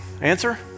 Answer